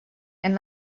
and